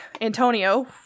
Antonio